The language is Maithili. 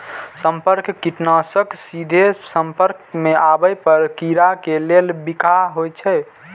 संपर्क कीटनाशक सीधे संपर्क मे आबै पर कीड़ा के लेल बिखाह होइ छै